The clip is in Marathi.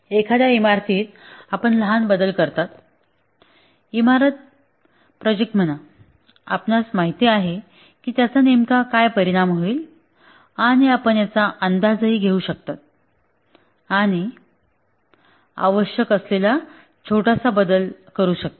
एखाद्या इमारतीत आपण लहान बदल करता इमारत प्रोजेक्ट म्हणा आपणास माहित आहे की त्याचा नेमका काय परिणाम होईल आणि आपण याचा अंदाज घेऊ शकता आणि आवश्यक असलेला छोटासा बदल करू शकता